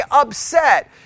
upset